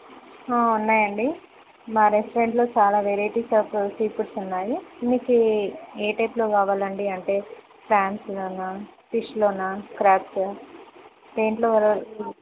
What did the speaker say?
ఉన్నాయండి మా రెస్టారెంట్లో చాలా వెరైటీస్ ఆఫ్ సీ ఫుడ్స్ ఉన్నాయి మీకు ఏ టైప్లో కావాలండి అంటే ఫ్యాన్స్లోనా ఫిష్లోనా క్రాబ్స్ దేంట్లో వెరైటీస్